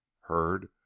heard